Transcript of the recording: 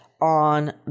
on